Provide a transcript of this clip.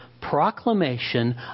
proclamation